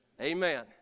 Amen